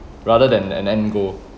rather than and then go